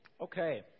Okay